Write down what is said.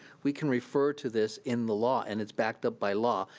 we can refer to this in the law and it's backed up by law,